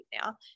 now